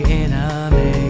enemy